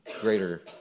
greater